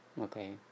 Okay